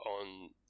on